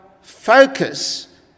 focus